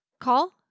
call